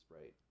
right